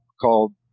called